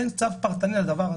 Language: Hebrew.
אין צו פרטני על הדבר הזה.